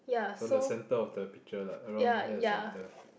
it's on the center of the picture like around here the center